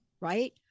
right